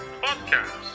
podcast